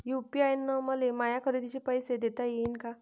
UPI न मले माया खरेदीचे पैसे देता येईन का?